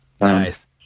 nice